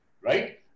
Right